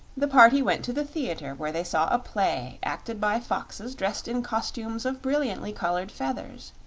the party went to the theater, where they saw a play acted by foxes dressed in costumes of brilliantly colored feathers.